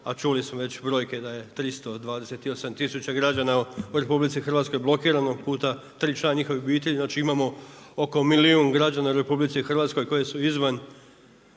a čuli smo već brojke, da je 328000 građana u RH blokirano puta 3 člana njihove obitelji, znači imamo oko milijun građana u RH koji su izvan,